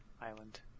island